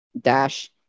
dash